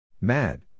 Mad